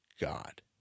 God